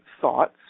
thoughts